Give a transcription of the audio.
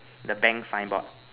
the bank sign board